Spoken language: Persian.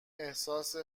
احساس